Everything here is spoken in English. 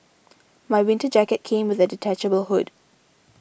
my winter jacket came with a detachable hood